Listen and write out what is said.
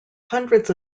hundreds